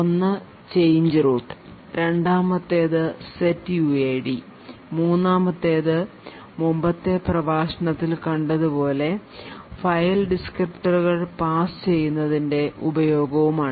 ഒന്ന് change root രണ്ടാമത്തേത് setuidയും മൂന്നാമത്തേത് മുമ്പത്തെ പ്രഭാഷണത്തിൽ കണ്ടതുപോലെ ഫയൽ ഡിസ്ക്രിപ്റ്ററുകൾ പാസ് ചെയ്യുന്നതിൻറെ ഉപയോഗവുമാണ്